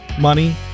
money